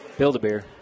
Build-a-beer